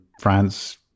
france